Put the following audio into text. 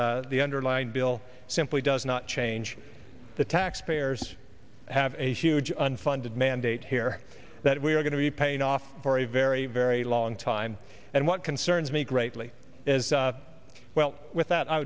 that the underlying bill simply does not change the tax payers have a huge unfunded mandate here that we are going to be paying off for a very very long time and what concerns me greatly as well with that i